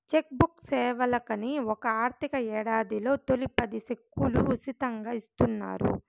check book సేవలకని ఒక ఆర్థిక యేడాదిలో తొలి పది సెక్కులు ఉసితంగా ఇస్తున్నారు